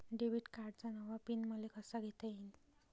Debit कार्डचा नवा pin मले कसा घेता येईन?